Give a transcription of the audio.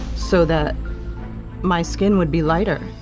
so that my skin would be lighter.